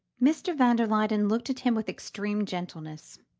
mr. van der luyden looked at him with extreme gentleness.